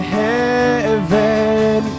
heaven